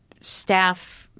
staff